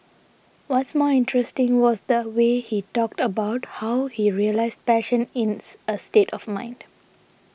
what's more interesting was the way he talked about how he realised passion ins a state of mind